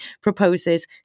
proposes